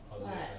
what